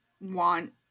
want